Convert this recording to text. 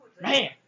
man